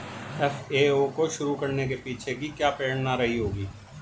FAO को शुरू करने के पीछे की क्या प्रेरणा रही होगी?